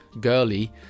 girly